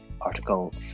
article